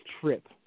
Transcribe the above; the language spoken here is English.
trip